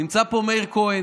נמצא פה מאיר כהן,